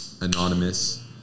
anonymous